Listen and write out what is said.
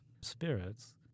spirits